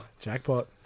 Jackpot